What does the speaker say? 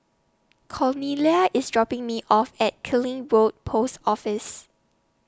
Cornelia IS dropping Me off At Killiney Road Post Office